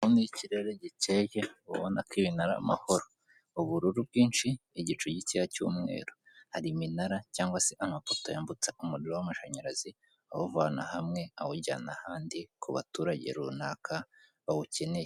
Iki ni ikirere gikeye ubona ko ibintu ari amahoro. Ubururu bwinshi igicu gikeya cy'umweru. Hari iminara cyangwa se amapoto yambutsa umuriro w'amashanyarazi, awuvana hamwe, awujyana ahandi ku baturage runaka bawukeneye.